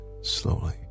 slowly